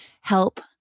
help